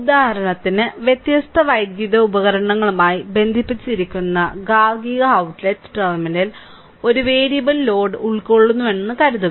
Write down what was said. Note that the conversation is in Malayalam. ഉദാഹരണത്തിന് വ്യത്യസ്ത വൈദ്യുത ഉപകരണങ്ങളുമായി ബന്ധിപ്പിച്ചിരിക്കുന്ന ഗാർഹിക out ട്ട്ലെറ്റ് ടെർമിനൽ ഒരു വേരിയബിൾ ലോഡ് ഉൾക്കൊള്ളുന്നുവെന്ന് കരുതുക